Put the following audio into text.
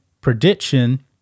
prediction